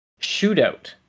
Shootout